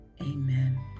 Amen